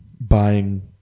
Buying